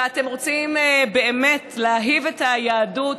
ואתם רוצים באמת להאהיב את היהדות,